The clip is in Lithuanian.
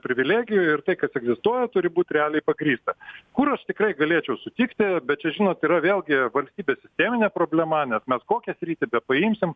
privilegijų ir tai kas egzistuoja turi būt realiai pagrįsta kur aš tikrai galėčiau sutikti bet čia žinot yra vėlgi valstybės sisteminė problema nes mes kokią sritį bepaimsim